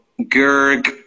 Gerg